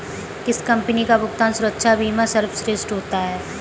किस कंपनी का भुगतान सुरक्षा बीमा सर्वश्रेष्ठ होता है?